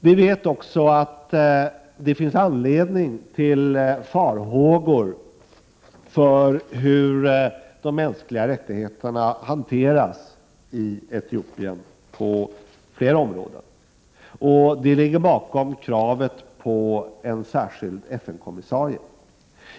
Vi vet också att det finns anledning att hysa farhågor för hur de mänskliga rättigheterna hanteras på flera områden i Etiopien, och det ligger bakom kravet på en särskild FN-kommissarie.